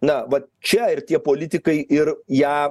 na vat čia ir tie politikai ir ją